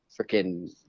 freaking